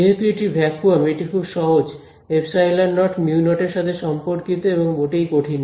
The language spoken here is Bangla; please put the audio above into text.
যেহেতু এটি ভ্যাকুয়াম এটি খুব সহজ ε0 μ0 এর সাথে সম্পর্কিত এবং মোটেই কঠিন নয়